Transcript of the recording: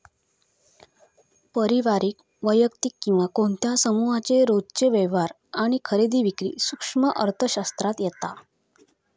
पारिवारिक, वैयक्तिक किंवा कोणत्या समुहाचे रोजचे व्यवहार आणि खरेदी विक्री सूक्ष्म अर्थशास्त्रात येता